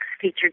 featured